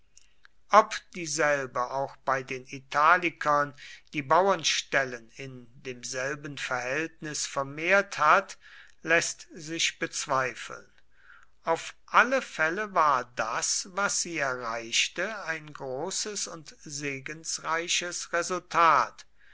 ob dieselbe auch bei den italikern die bauernstellen in demselben verhältnis vermehrt hat läßt sich bezweifeln auf alle fälle war das was sie erreichte ein großes und segensreiches resultat